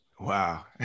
Wow